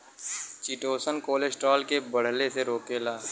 chitosan cholesterol के बढ़ले से रोकेला